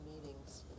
meetings